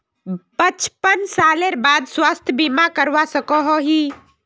पचपन सालेर बाद स्वास्थ्य बीमा करवा सकोहो ही?